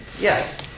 yes